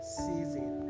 season